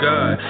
God